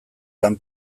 lan